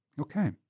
Okay